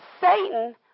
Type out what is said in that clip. Satan